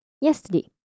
Yesterday